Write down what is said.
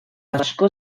asko